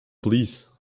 police